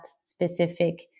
specific